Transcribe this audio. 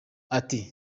ati